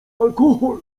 alkohol